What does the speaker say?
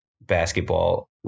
basketball